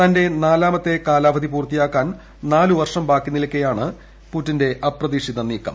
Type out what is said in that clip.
തന്റെ നാലാമത്തെ കാലാവധി പൂർത്തിയാക്കാൻ നാലുവർഷം ബാക്കിനിൽക്കേയാണ് പുടിന്റെ അപ്രതീക്ഷിത നീക്കം